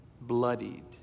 bloodied